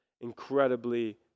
incredibly